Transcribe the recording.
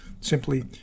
simply